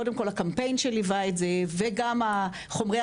קודם כל הקמפיין שליווה את זה וגם חומרי